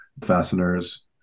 fasteners